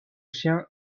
chien